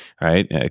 right